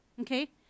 Okay